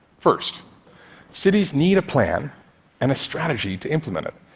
first cities need a plan and a strategy to implement it.